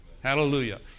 Hallelujah